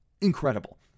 incredible